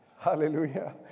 Hallelujah